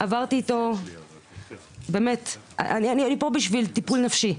אני פה בשביל טיפול נפשי.